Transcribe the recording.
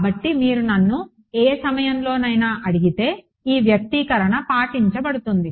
కాబట్టి మీరు నన్ను ఏ సమయంలోనైనా అడిగితే ఈ వ్యక్తీకరణ పాటించబడుతుంది